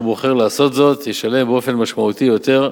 ובוחר לעשות זאת, ישלם באופן משמעותי יותר,